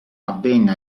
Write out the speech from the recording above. avvenne